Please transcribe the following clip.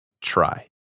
try